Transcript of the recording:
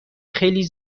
خیلی